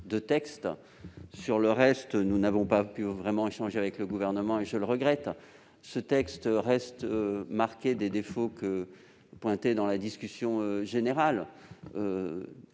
ce texte. Sur le reste, nous n'avons pas vraiment pu échanger avec le Gouvernement et je le regrette. Ce texte reste marqué des défauts que nous pointions dans la discussion générale,